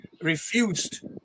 refused